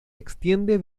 extiende